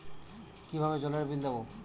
কিভাবে জলের বিল দেবো?